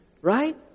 right